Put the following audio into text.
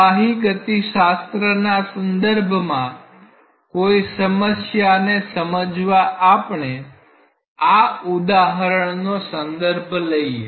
પ્રવાહી ગતિશાસ્ત્રના સંદર્ભમાં કોઈ સમસ્યા ને સમજવા આપણે આ ઉદાહરણનો સંદર્ભ લઈએ